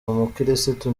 umukirisitu